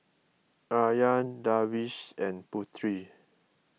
Aryan Darwish and Putri